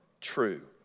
true